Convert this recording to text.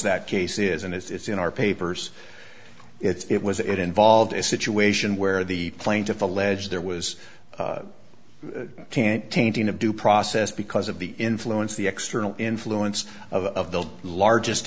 that case is and it's in our papers it's it was it involved a situation where the plaintiff alleged there was can't tainting of due process because of the influence the external influence of the largest